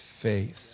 faith